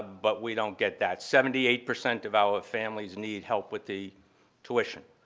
but we don't get that. seventy-eight percent of our families need help with the tuition.